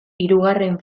hirugarren